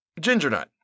Gingernut